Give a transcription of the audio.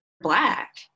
black